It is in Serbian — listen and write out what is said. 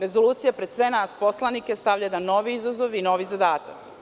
Rezolucija pred sve nas poslanike stavlja jedan nov izazov, jedan novi zadatak.